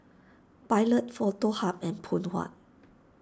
Pilot Foto Hub and Phoon Huat